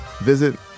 Visit